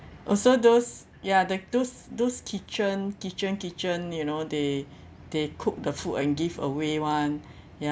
also those ya the those those kitchen kitchen kitchen you know they they cook the food and give away [one] ya